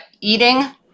eating